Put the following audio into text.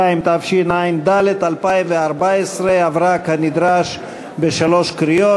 62), התשע"ד 2014, עברה כנדרש בשלוש קריאות.